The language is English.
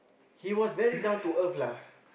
he was very down to earth lah